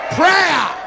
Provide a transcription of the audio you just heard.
prayer